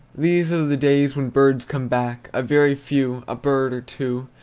these are the days when birds come back, a very few, a bird or two,